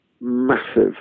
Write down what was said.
massive